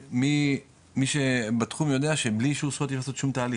ומי שבתחום יודע שבלי אישור זכויות אי אפשר לעשות שום תהליך,